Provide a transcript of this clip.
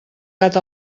gat